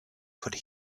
could